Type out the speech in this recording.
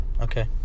Okay